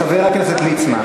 סליחה, סליחה, חבר הכנסת ליצמן.